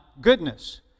goodness